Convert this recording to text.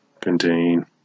contain